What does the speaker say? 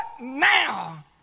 now